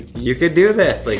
you can do this, like